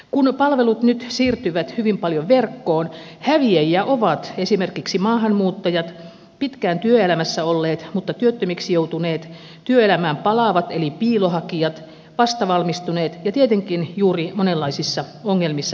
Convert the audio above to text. kun palvelut nyt siirtyvät hyvin paljon verkkoon häviäjiä ovat esimerkiksi maahanmuuttajat pitkään työelämässä olleet mutta työttömiksi joutuneet työelämään palaavat eli piilohakijat vastavalmistuneet ja tietenkin juuri monenlaisissa ongelmissa elävät nuoret